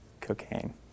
cocaine